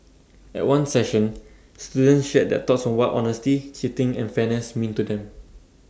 at one session students shared their thoughts on what honesty cheating and fairness mean to them